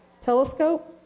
Telescope